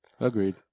Agreed